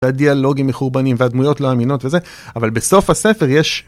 הדיאלוגים מחורבנים והדמויות לא אמינות וזה אבל בסוף הספר יש.